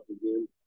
again